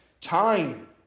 time